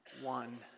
one